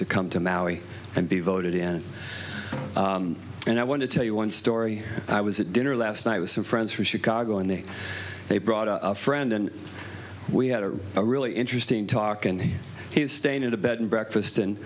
to come to maui and be voted in and i want to tell you one story i was at dinner last night with some friends from chicago and they they brought a friend and we had a really interesting talk and he's staying at a bed and breakfast and